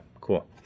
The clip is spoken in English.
cool